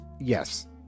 yes